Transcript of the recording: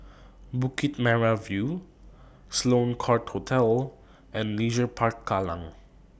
Bukit Merah View Sloane Court Hotel and Leisure Park Kallang